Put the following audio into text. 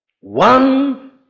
One